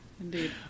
Indeed